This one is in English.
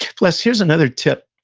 plus, here's another tip,